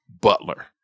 Butler